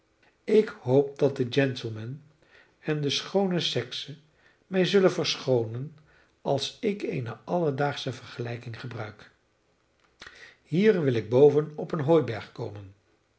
ik hoop dat de gentlemen en de schoone sekse mij zullen verschoonen als ik eene alledaagsche vergelijking gebruik hier wil ik boven op een hooiberg komen